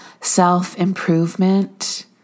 self-improvement